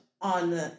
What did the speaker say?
on